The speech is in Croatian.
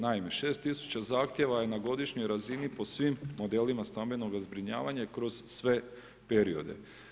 Naime, 6 000 zahtjeva je na godišnjoj razini po svim modelima stambenog zbrinjavanja i kroz sve periode.